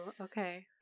okay